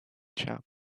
chap